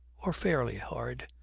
or fairly hard,